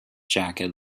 jacket